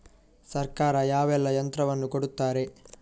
ಸರ್ಕಾರ ಯಾವೆಲ್ಲಾ ಯಂತ್ರವನ್ನು ಕೊಡುತ್ತಾರೆ?